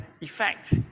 effect